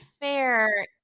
fair